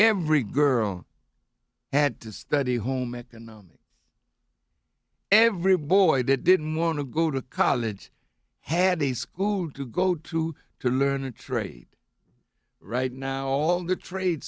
every girl had to study home economics every boy that didn't want to go to college had a school to go to to learn a trade right now all the trade